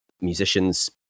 musicians